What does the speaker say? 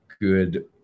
good